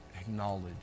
acknowledge